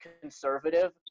conservative